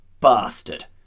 bastard